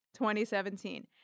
2017